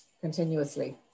continuously